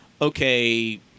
okay